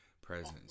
presence